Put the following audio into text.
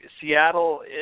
Seattle